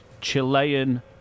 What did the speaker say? Chilean